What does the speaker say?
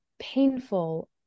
painful